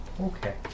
Okay